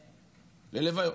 ללוויות,